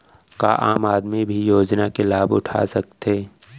का आम आदमी भी योजना के लाभ उठा सकथे?